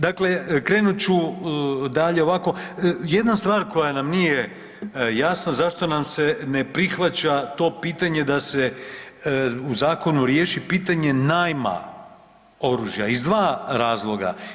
Dakle krenuti ću dalje ovako, jedna stvar koja nam nije jasna zašto nam se ne prihvaća to pitanje da se u zakonu riješi pitanje najma oružja iz dva razloga.